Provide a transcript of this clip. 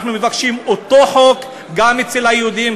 אנחנו מבקשים את אותו חוק גם אצל היהודים,